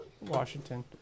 Washington